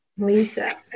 Lisa